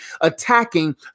attacking